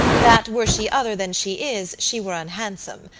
that were she other than she is, she were unhandsome,